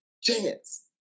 chance